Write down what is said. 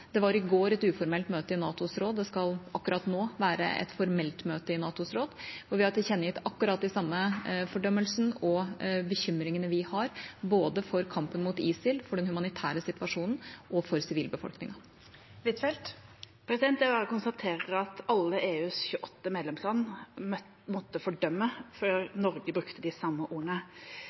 Det var i går et uformelt møte i NATOs råd, og det skal akkurat nå være et formelt møte i NATOs råd, der vi har tilkjennegitt akkurat den samme fordømmelsen og de bekymringene vi har, både for kampen mot ISIL, for den humanitære situasjonen og for sivilbefolkningen. Jeg bare konstaterer at alle EUs 28 medlemsland måtte fordømme før Norge brukte de samme ordene.